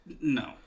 No